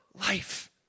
life